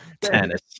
Tennis